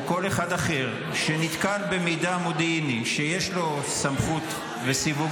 או כל אחד אחר שנתקל במידע מודיעיני שיש לו סמכות וסיווג